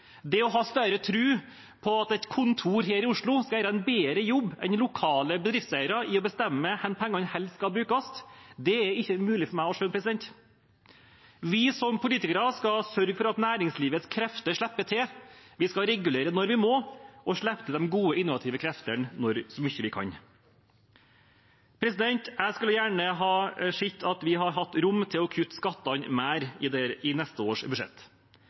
Det å ha større tro på at et kontor her i Oslo skal gjøre en bedre jobb enn lokale bedriftseiere med å bestemme hvor pengene helst skal brukes, er ikke mulig for meg å skjønne. Vi som politikere skal sørge for at næringslivets krefter slipper til, vi skal regulere når vi må, og vi skal slippe til de gode innovative kreftene så mye vi kan. Jeg skulle gjerne sett at vi hadde hatt rom til å kutte skattene mer i neste års budsjett.